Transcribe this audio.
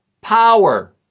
power